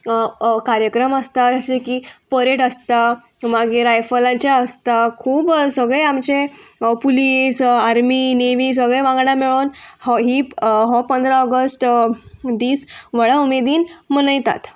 कार्यक्रम आसता जशें की परेड आसता मागीर रायफलाचे आसता खूब सगळे आमचे पुलीस आर्मी नेवी सगळे वांगडा मेळोन हो ही हो पंदरा ऑगस्ट दीस व्हडा उमेदीन मनयतात